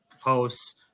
posts